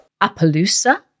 Appaloosa